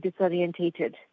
disorientated